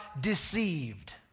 deceived